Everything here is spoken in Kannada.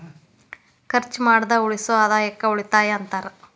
ಖರ್ಚ್ ಮಾಡ್ದ ಉಳಿಸೋ ಆದಾಯಕ್ಕ ಉಳಿತಾಯ ಅಂತಾರ